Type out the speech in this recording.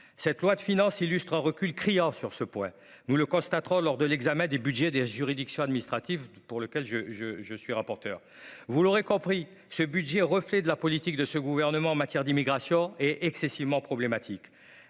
cette loi de finances illustre recule criant sur ce point, nous le constaterons lors de l'examen des Budgets des juridictions administratives pour lequel je je je suis rapporteur, vous l'aurez compris ce budget, reflet de la politique de ce gouvernement en matière d'immigration est excessivement problématique